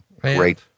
Great